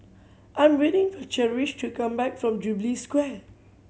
I'm waiting for Cherish to come back from Jubilee Square